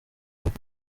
hop